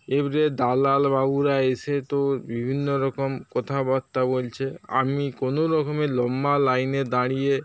এবারে দালালবাবুরা এসে তো বিভিন্ন রকম কথাবার্তা বলছে আমি কোনোরকমে লম্বা লাইনে দাঁড়িয়ে